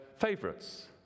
favorites